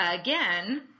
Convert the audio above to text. again